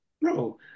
No